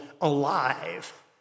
alive